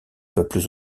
peuples